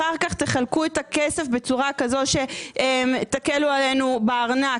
אחר כך תחלקו את הכסף בצורה כזו שתקלו עלינו בארנק,